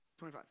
25